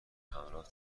همراه